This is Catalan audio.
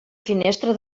finestra